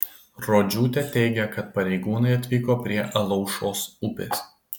rodžiūtė teigia kad pareigūnai atvyko prie alaušos upės